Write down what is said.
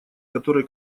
которые